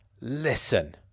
Listen